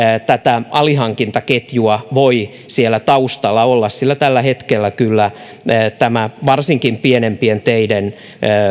tätä alihankintaketjua voi siellä taustalla olla sillä tällä hetkellä kyllä varsinkin pienempien teiden